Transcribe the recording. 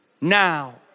now